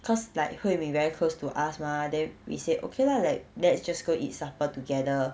cause like hui min very close to us mah then we said okay lah like let's just go eat supper together